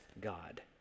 God